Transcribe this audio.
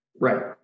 Right